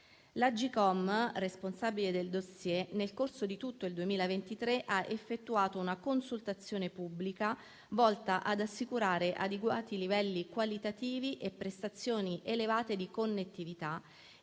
L'Agcom, responsabile del *dossier*, nel corso di tutto il 2023 ha effettuato una consultazione pubblica volta ad assicurare adeguati livelli qualitativi e prestazioni elevate di connettività